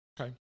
Okay